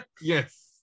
Yes